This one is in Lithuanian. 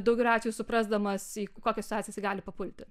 dugeliu atvejų suprasdamas į kokią situaciją jisai gali papulti